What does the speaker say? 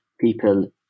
people